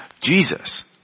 Jesus